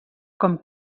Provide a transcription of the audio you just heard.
com